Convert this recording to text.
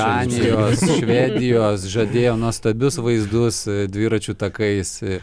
danijos švedijos žadėjo nuostabius vaizdus dviračių takais